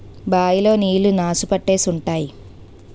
bye లో నీళ్లు నాసు పట్టేసి ఉంటాయి